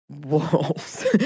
Wolves